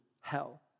Hell